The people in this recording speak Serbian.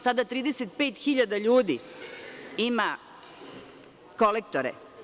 Sada 35.000 ljudi ima kolektore.